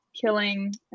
killing